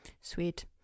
Sweet